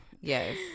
yes